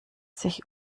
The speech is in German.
sich